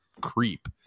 creep